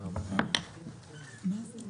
הישיבה ננעלה בשעה